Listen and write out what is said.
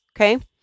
Okay